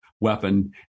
weapon